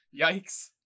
yikes